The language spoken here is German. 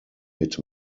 mit